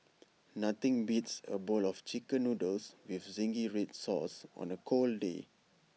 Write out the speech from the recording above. nothing beats A bowl of Chicken Noodles with Zingy Red Sauce on A cold day